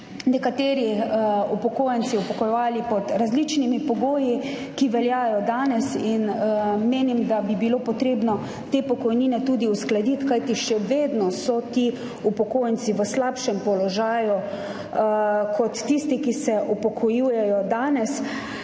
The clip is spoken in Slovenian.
nekateri upokojenci upokojevali pod različnimi pogoji, ki veljajo danes in menim, da bi bilo potrebno te pokojnine uskladiti, kajti še vedno so ti upokojenci v slabšem položaju kot tisti, ki se upokojujejo danes.